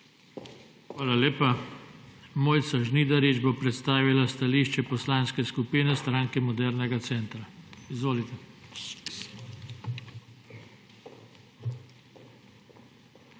Hvala lepa. Mojca Žnidarič bo predstavila stališče Poslanske skupine Stranke modernega centra. MOJCA